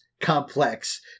complex